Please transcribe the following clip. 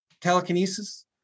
telekinesis